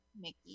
Mickey